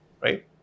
right